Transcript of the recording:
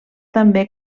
també